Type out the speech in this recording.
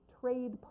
trade